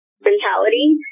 mentality